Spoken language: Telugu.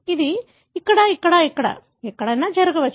ఇది ఇక్కడ ఇక్కడ ఇక్కడ ఇక్కడ ఎక్కడైనా జరగవచ్చు